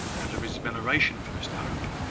and of his veneration for mr hope,